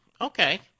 Okay